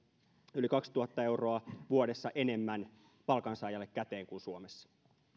yli kaksituhatta euroa vuodessa enemmän palkansaajalle käteen kuin suomessa